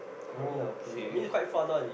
oh K